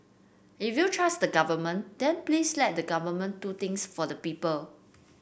if you trust the Government then please let the Government do things for the people